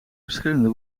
verschillende